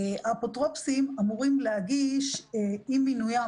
האפוטרופוסים אמורים להגיש עם מינוים,